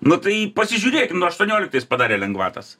nu tai pasižiūrėkim nu aštuonioliktais padarė lengvatas